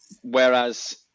Whereas